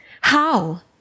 how